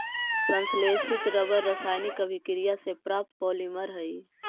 संश्लेषित रबर रासायनिक अभिक्रिया से प्राप्त पॉलिमर हइ